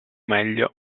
meglio